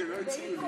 מצמצם